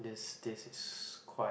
this this is quite